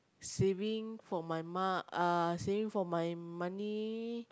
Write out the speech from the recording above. saving for my ma~ uh saving for my money